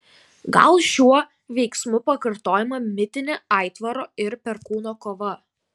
gal šiuo veiksmu pakartojama mitinė aitvaro ir perkūno kova